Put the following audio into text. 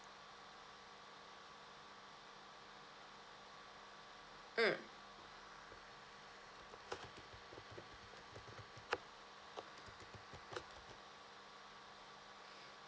mm